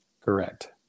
Correct